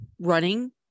running